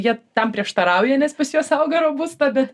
jie tam prieštarauja nes pas juos auga robusta bet